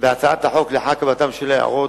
בהצעת החוק לאחר קבלתן של הערות,